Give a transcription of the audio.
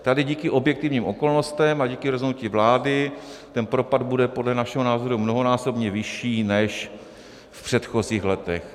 Tady díky objektivním okolnostem a díky rozhodnutí vlády ten propad bude podle našeho názoru mnohonásobně vyšší než v předchozích letech.